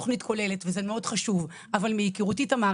בשנים האחרונות אל מול הדרכת צוותים בתוך המערכת?